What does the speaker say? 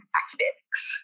academics